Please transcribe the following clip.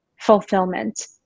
fulfillment